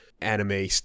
anime